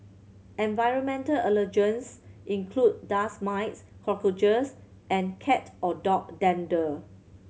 environmental allergens include dust mites cockroaches and cat or dog dander